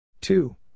Two